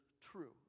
true